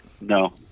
No